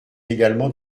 également